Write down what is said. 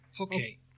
Okay